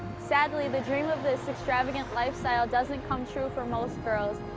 sadly, the dream of this extravagant lifestyle, doesn't come true for most girls.